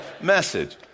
message